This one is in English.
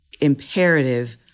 imperative